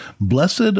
Blessed